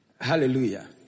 Hallelujah